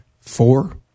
four